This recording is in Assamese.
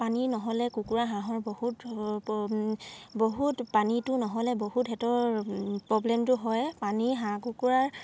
পানী নহ'লে কুকুৰা হাঁহৰ বহুত বহুত পানীটো নহ'লে বহুত সিহঁতৰ প্ৰব্লেমটো হয় পানী হাঁহ কুকুৰাৰ